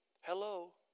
hello